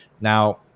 Now